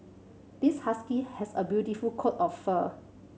this husky has a beautiful coat of fur